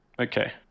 Okay